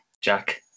jack